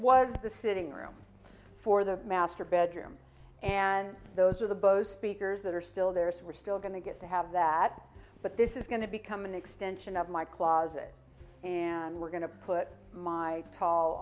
was the sitting room for the master bedroom and those are the bose speakers that are still there so we're still going to get to have that but this is going to become an extension of my closet and we're going to put my